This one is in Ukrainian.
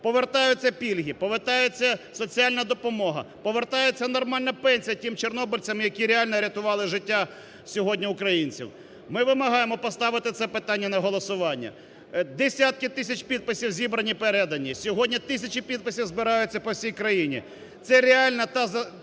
повертаються пільги, повертається соціальна допомога, повертається нормальна пенсія тим чорнобильцям, які реально рятували життя сьогодні українців. Ми вимагаємо поставити це питання на голосування. Десятки тисяч підписів зібрані, передані, сьогодні тисячі підписів збираються по всій країні. Це реально та ціна